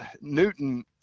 Newton